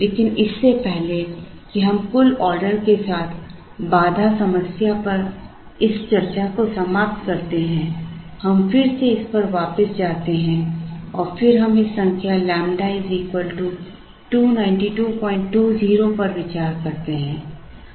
लेकिन इससे पहले कि हम कुल ऑर्डर के साथ बाधा समस्या पर इस चर्चा को समाप्त करते हैं हम फिर से इस पर वापस जाते हैं और फिर हम इस संख्या ƛ 29220 पर विचार करते हैं